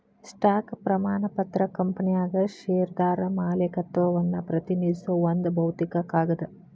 stock ಪ್ರಮಾಣ ಪತ್ರ ಕಂಪನ್ಯಾಗ ಷೇರ್ದಾರ ಮಾಲೇಕತ್ವವನ್ನ ಪ್ರತಿನಿಧಿಸೋ ಒಂದ್ ಭೌತಿಕ ಕಾಗದ